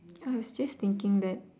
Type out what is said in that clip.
I was just thinking that